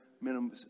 minimum